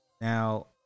now